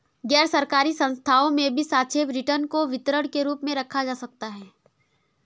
गैरसरकारी संस्थाओं में भी सापेक्ष रिटर्न को वितरण के रूप में रखा जाता है